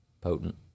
Potent